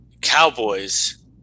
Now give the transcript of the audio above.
Cowboys